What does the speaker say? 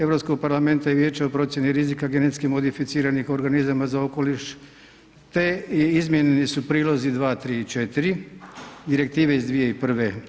Europskog parlamenta i vijeća o procjeni rizika genetskih modificiranih organizama za okoliš, te i izmijenjeni su prilozi 2, 3 i 4 Direktive iz 2001.